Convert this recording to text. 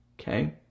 okay